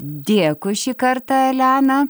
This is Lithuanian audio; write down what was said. dėkui šį kartą elena